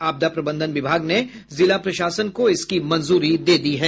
आपदा प्रबंधन विभाग ने जिला प्रशासन को इसकी मंजूरी दे दी है